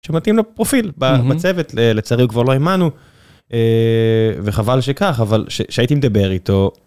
שמתאים לו פרופיל בצוות, לצערי הוא כבר לא עימנו. וחבל שכך, אבל כשהייתי מדבר איתו.